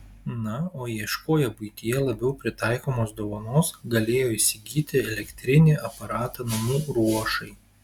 na o ieškoję buityje labiau pritaikomos dovanos galėjo įsigyti elektrinį aparatą namų ruošai